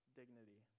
dignity